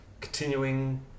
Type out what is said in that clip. continuing